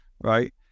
right